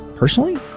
Personally